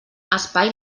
espai